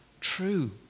true